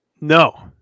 No